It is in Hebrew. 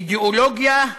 אידיאולוגיה,